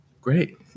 great